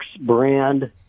brand